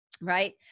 right